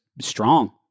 strong